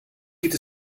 geht